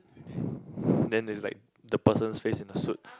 then there's like the person's face in the suit